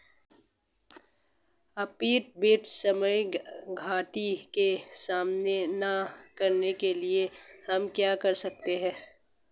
उपज बेचते समय घाटे का सामना न करने के लिए हम क्या कर सकते हैं?